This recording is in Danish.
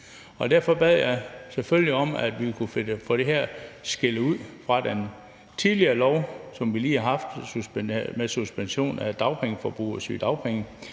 Derfor bad jeg selvfølgelig om, at vi kunne få det her skilt ud fra det lovforslag, som vi lige har behandlet, om suspension af dagpenge- og sygedagpengeforbrug.